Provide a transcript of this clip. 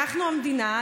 אנחנו המדינה,